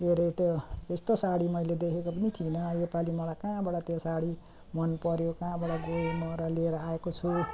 के हरे त्यो त्यस्तो साडी मैले देखेको पनि थिइनँ यो पालि मलाई कहाँबाट त्यो साडी मन पऱ्यो कहाँबाट गएँ म र लिएर आएको छु